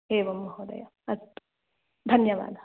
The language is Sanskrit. एवं महोदय अस्तु धन्यवादः